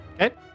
Okay